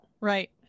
Right